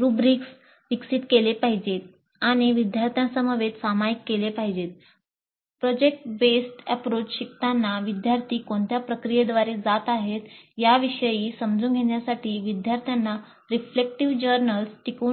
rubrics टिकवून